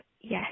yes